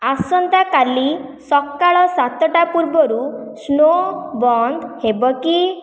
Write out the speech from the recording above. ଆସନ୍ତାକାଲି ସକାଳ ସାତଟା ପୂର୍ବରୁ ସ୍ନୋ ବନ୍ଦ ହେବ କି